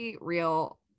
real